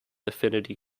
affinity